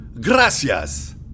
Gracias